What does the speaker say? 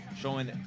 showing